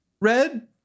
Red